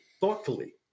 thoughtfully